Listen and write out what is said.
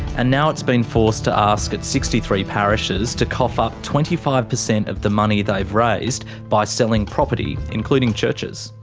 and now it's been forced to ask its sixty three parishes to cough up twenty five percent of the money they've raised by selling property, including churches.